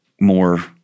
more